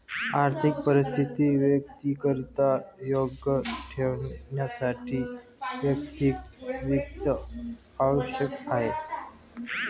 आर्थिक परिस्थिती वैयक्तिकरित्या योग्य ठेवण्यासाठी वैयक्तिक वित्त आवश्यक आहे